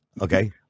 Okay